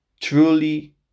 Truly